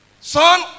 Son